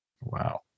Wow